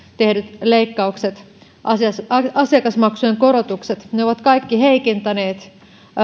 tehdyt leikkaukset asiakasmaksujen korotukset ovat kaikki heikentäneet